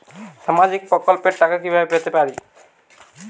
সামাজিক প্রকল্পের টাকা কিভাবে পেতে পারি?